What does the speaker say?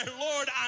Lord